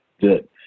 Good